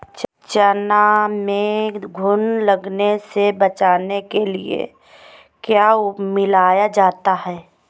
चना में घुन लगने से बचाने के लिए क्या मिलाया जाता है?